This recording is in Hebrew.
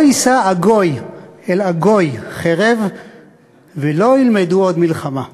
לא יישא גוי אל גוי חרב ולא ילמדו עוד מלחמה.